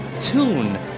tune